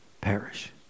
perish